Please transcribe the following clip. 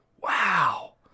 wow